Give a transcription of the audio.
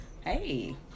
Hey